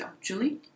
Julie